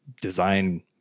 design